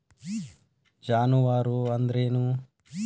ಜಾನುವಾರು ಅಂದ್ರೇನು?